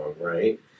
right